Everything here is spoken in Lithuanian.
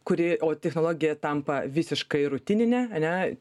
kuri o technologija tampa visiškai rutininė ane